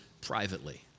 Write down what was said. privately